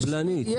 אכזרית.